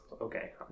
Okay